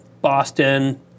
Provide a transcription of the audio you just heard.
Boston